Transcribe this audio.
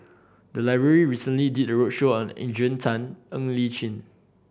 the library recently did a roadshow on Adrian Tan Ng Li Chin